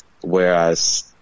whereas